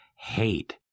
hate